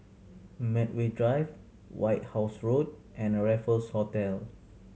Medway Drive White House Road and Raffles Hotel